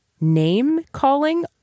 name-calling